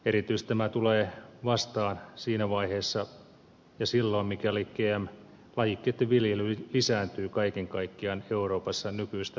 erityisesti tämä tulee vastaan siinä vaiheessa ja silloin mikäli gmo lajikkeitten viljely lisääntyy kaiken kaikkiaan euroopassa nykyistä merkittävämmin